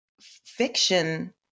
fiction